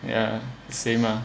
ya same lah